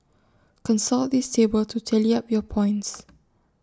consult this table to tally up your points